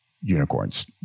unicorns